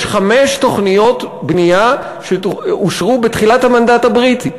יש חמש תוכניות בנייה שאושרו בתחילת המנדט הבריטי,